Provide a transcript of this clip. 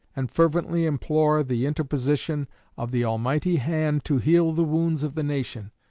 and fervently implore the interposition of the almighty hand to heal the wounds of the nation,